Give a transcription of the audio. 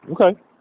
Okay